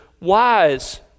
wise